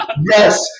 yes